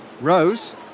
Rose